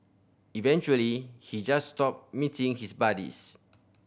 eventually he just stopped meeting his buddies